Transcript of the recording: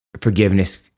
forgiveness